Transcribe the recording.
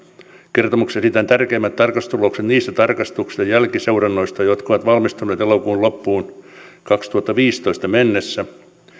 kertomuksessa esitetään tärkeimmät tarkastustulokset niistä tarkastuksista ja jälkiseurannoista jotka ovat valmistuneet elokuun kaksituhattaviisitoista loppuun mennessä